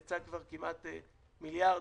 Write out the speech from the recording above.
יצא כבר כמעט מיליארד,